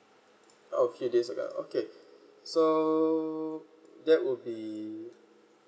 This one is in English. okay this I got okay so that would be